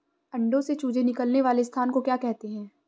अंडों से चूजे निकलने वाले स्थान को क्या कहते हैं?